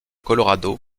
colorado